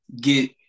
get